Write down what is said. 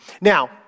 Now